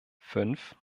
fünf